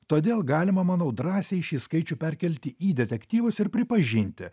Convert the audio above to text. todėl galima manau drąsiai šį skaičių perkelti į detektyvus ir pripažinti